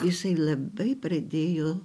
jisai labai pradėjo